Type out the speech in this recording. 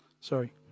Sorry